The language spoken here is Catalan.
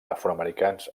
afroamericans